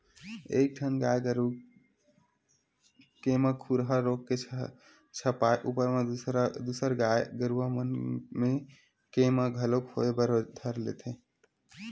एक ठन गाय गरु के म खुरहा रोग के छपाय ऊपर म दूसर गाय गरुवा मन के म घलोक होय बर धर लेथे